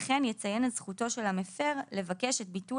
וכן יציין את זכותו של המפר לבקש את ביטול